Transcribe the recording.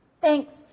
Thanks